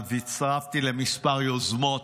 ואף הצטרפתי לכמה יוזמות.